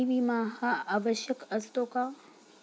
अग्नी विमा हा आवश्यक असतो का?